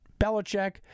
Belichick